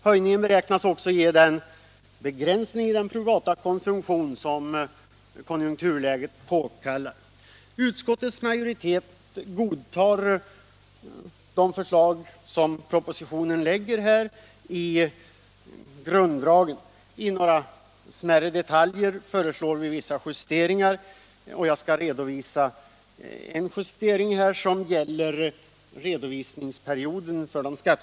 Höjningen beräknas också medföra den begränsning av den privata konsumtionen som konjunkturläget Utskottets majoritet godtar propositionens förslag i dess grunddrag. I några smärre detaljer föreslår utskottet vissa justeringar, och jag skall här redogöra för en justering som gäller redovisningsperioden.